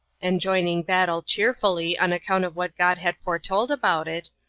and joining battle cheerfully on account of what god had foretold about it,